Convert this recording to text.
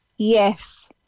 Yes